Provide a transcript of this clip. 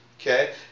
Okay